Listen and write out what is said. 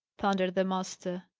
thundered the master.